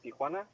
Tijuana